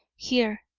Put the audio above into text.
here,